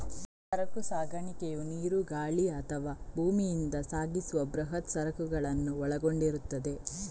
ಸರಕು ಸಾಗಣೆಯು ನೀರು, ಗಾಳಿ ಅಥವಾ ಭೂಮಿಯಿಂದ ಸಾಗಿಸುವ ಬೃಹತ್ ಸರಕುಗಳನ್ನು ಒಳಗೊಂಡಿರುತ್ತದೆ